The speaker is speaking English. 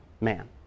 man